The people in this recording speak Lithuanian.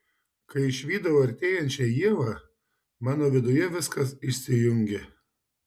kai išvydau artėjančią ievą mano viduje viskas išsijungė